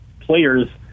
players